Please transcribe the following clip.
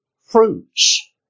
fruits